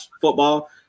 football